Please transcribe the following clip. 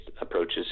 approaches